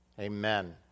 amen